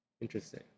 Interesting